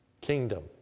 kingdom